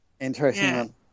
Interesting